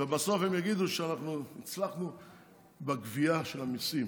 ובסוף הם יגידו: אנחנו הצלחנו בגבייה של המיסים.